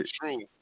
true